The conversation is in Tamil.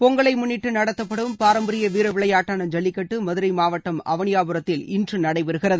பொங்கலை முன்னிட்டு நடத்தப்படும் பாரம்பரிய வீர விளையாட்டான ஜல்லிக்கட்டு மதுரை மாவட்டம் அவனியாபுரத்தில் இன்று நடைபெறுகிறது